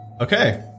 Okay